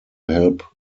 help